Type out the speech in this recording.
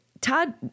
Todd